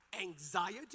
anxiety